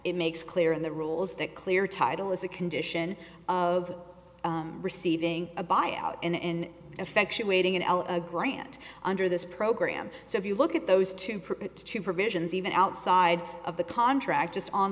it makes clear in the rules that clear title is a condition of receiving a buyout in effectuating in a grant under this program so if you look at those two provisions even outside of the contract just on